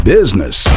Business